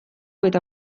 eta